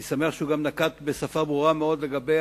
אני שמח שהוא גם נקט שפה ברורה מאוד לגבי